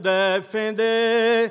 defender